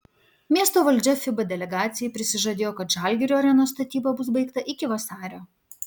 miesto valdžia fiba delegacijai prisižadėjo kad žalgirio arenos statyba bus baigta iki vasario